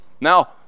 now